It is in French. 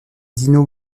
dino